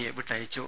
A വിട്ടയച്ചു